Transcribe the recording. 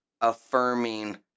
affirming